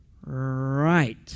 Right